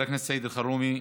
חבר הכנסת סעיד אלחרומי,